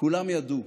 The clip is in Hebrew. כולם ידעו.